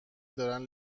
دارن